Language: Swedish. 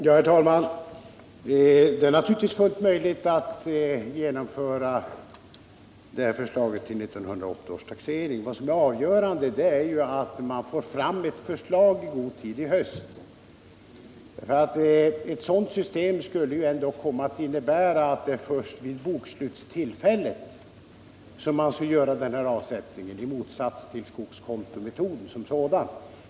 Herr talman! Det är naturligtvis fullt möjligt att genomföra det här förslaget, så att bestämmelserna kan tillämpas vid 1980 års taxering. Det avgörande är att få fram ett förslag i god tid i höst. Ett sådant system skulle då komma att innebära att avsättningen skulle kunna göras först vid bokslutstillfället i motsats till fallet vid skogskontometoden som sådan.